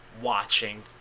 watching